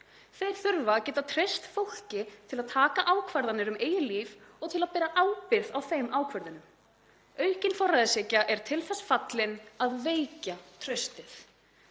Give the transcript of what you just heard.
Þeir þurfa að geta treyst fólki til að taka ákvarðanir um eigið líf og til að bera ábyrgð á þeim ákvörðunum. Aukin forræðishyggja er til þess fallin að veikja traustið.